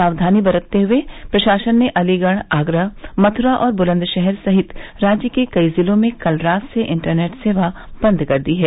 साव्वानी बरतते हुए प्रशासन ने अलीगढ़ आगरा मथुरा और बुलन्दशहर सहित राज्य के कई जिलों में कल रात से इंटरनेट सेवा बंद कर दी है